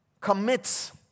commits